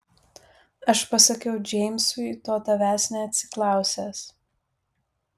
aš pasakiau džeimsui to tavęs neatsiklausęs